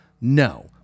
No